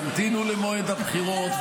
תמתינו למועד הבחירות,